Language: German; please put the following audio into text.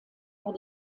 war